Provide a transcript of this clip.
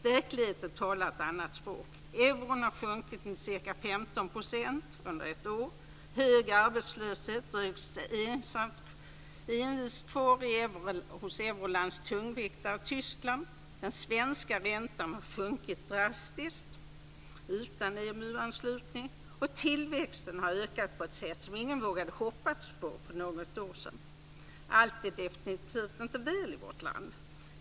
Verkligheten talar ett annat språk. Euron har sjunkit med ca 15 % under ett år. Hög arbetslöshet dröjer sig envist kvar hos Eurolands tungviktare Tyskland. Den svenska räntan har sjunkit drastiskt - utan EMU-anslutning - och tillväxten har ökat på ett sätt som ingen vågade hoppas på för något år sedan. Allt är definitivt inte väl i vårt land.